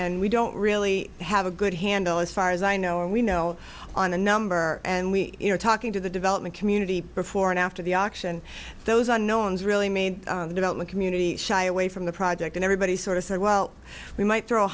and we don't really have a good handle as far as i know and we know on a number and we are talking to the development community before and after the auction those unknowns really made the development community shy away from the project and everybody sort of said well we might throw a